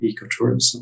ecotourism